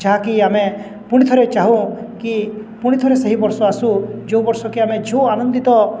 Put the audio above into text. ଯାହାକି ଆମେ ପୁଣିଥରେ ଚାହୁଁ କି ପୁଣିଥରେ ସେହି ବର୍ଷ ଆସୁ ଯେଉଁ ବର୍ଷକ ଆମେ ଝୁ ଆନନ୍ଦିତ